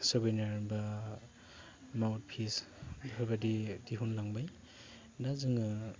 seminar बा mouthpiece बेफोरबादि दिहुनलांबाय दा जोङो